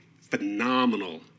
phenomenal